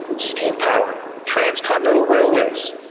steam power, transcontinental railways.